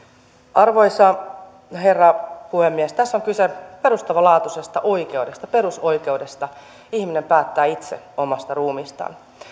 arvoisa herra puhemies tässä on kyse perustavanlaatuisesta oikeudesta perusoikeudesta ihminen päättää itse omasta ruumiistaan